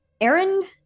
Aaron